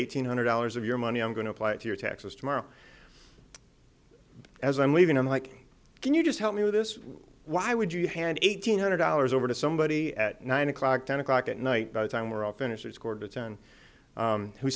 eight hundred dollars of your money i'm going to apply to your taxes tomorrow as i'm leaving i'm like can you just help me with this why would you hand eight hundred dollars over to somebody at nine o'clock ten o'clock at night by the time we're all finished scored